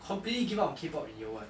completely give up on K pop in year one